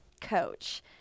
coach